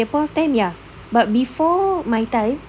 at that point of time yeah but before my time